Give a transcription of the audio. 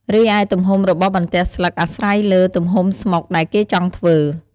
រីឯ ទំហំរបស់បន្ទះស្លឹកអាស្រ័យលើទំហំស្មុកដែលគេចង់ធ្វើ។